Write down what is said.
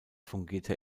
fungierte